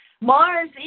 Mars